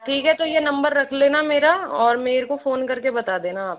ठीक है तो यह नंबर रख लेना मेरा और मुझे फोन करके बता देना आप